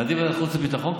לדעתי ועדת החוץ והביטחון,